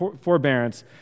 forbearance